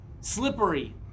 slippery